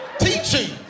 teaching